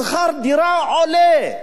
שכר הדירה עולה.